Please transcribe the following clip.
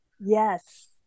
Yes